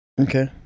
Okay